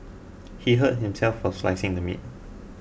he hurt himself while slicing the meat